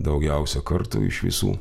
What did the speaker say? daugiausia kartų iš visų